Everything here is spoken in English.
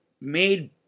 made